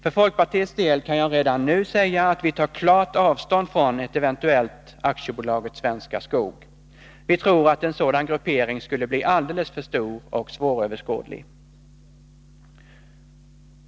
För folkpartiets del kan jag redan nu säga att vi tar klart avstånd från ett eventuellt AB Svenska Skog. Vi tror att en sådan gruppering skulle bli alldeles för stor och svåröverskådlig.